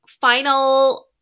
final